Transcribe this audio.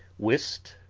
whist,